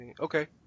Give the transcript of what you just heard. Okay